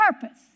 purpose